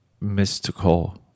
mystical